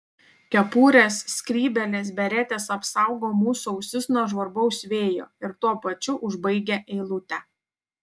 kepurės skrybėlės beretės apsaugo mūsų ausis nuo žvarbaus vėjo ir tuo pačiu užbaigia eilutę